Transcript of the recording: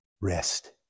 Rest